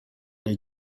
del